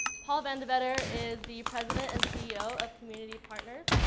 paul vandeventer is the president and ceo of community partners,